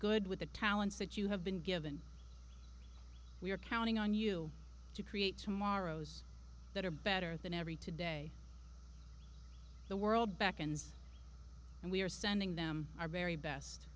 good with the talents that you have been given we are counting on you to create tomorrow's that are better than every today the world back ends and we are sending them our very best